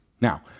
Now